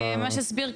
שדיברנו.